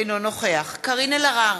אינו נוכח קארין אלהרר,